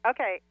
Okay